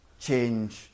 change